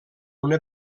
una